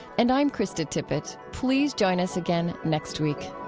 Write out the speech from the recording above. and i'm krista tippett. please join us again next week